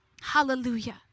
Hallelujah